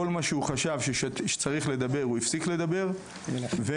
כל מה שהוא חשב שצריך לדבר הוא הפסיק לדבר ומאותו